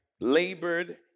labored